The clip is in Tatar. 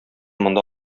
монда